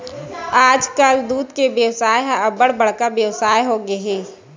आजकाल दूद के बेवसाय ह अब्बड़ बड़का बेवसाय होगे हे